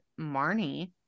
Marnie